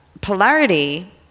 polarity